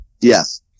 Yes